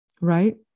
Right